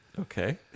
Okay